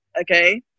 okay